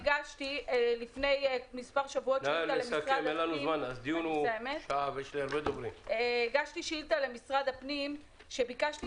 אני הגשתי לפני מספר שבועות שאילתה למשרד הפנים וביקשתי